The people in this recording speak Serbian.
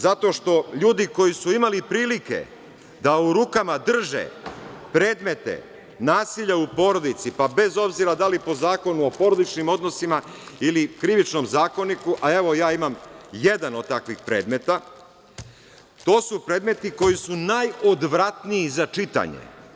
Zato što ljudi koji su imali prilike da u rukama drže predmete nasilja u porodici, pa bez obzira da li po Zakonu o porodičnim odnosima ili Krivičnom zakoniku, a evo ja imam jedan od takvih predmeta, to su predmeti koji su najodvratniji za čitanje.